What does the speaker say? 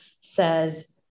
says